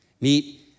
Meet